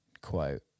quote